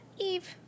Eve